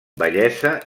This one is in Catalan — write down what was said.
bellesa